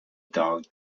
dog